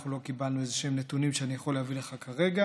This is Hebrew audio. אנחנו לא קיבלנו איזשהם נתונים שאני יכול להביא לך כרגע.